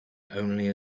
only